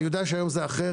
אני יודע שהיום זה אחרת,